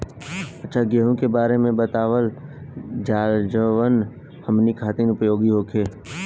अच्छा गेहूँ के बारे में बतावल जाजवन हमनी ख़ातिर उपयोगी होखे?